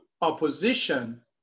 opposition